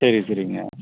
சரி சரிங்க